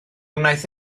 wnaeth